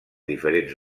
diferents